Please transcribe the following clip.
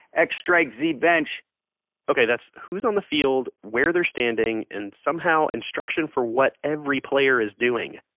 x strike z bench ok, that's who's on the field, where they're standing, and somehow, instruction for what every player is doing.